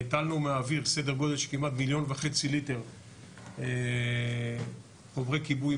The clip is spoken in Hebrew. הטלנו מהאוויר סדר גודל של כמעט 1.5 מיליון ליטר חומרי כיבוי,